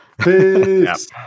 peace